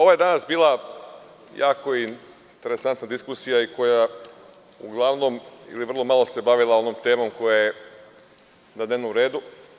Ovo je danas bila jako interesantan diskusija koja uglavnom ili se vrlo malo bavila ovom temom koja je na dnevnom redu.